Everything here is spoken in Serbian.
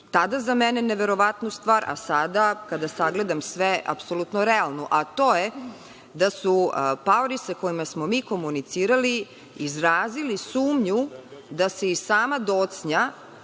tad za mene neverovatnu stvar, a sada kada sagledam sve, apsolutno realno, a to je da su paori sa kojima smo mi komunicirali izrazili sumnju da se i sama docnja